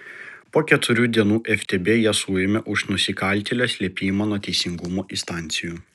po keturių dienų ftb ją suėmė už nusikaltėlio slėpimą nuo teisingumo instancijų